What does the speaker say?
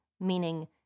meaning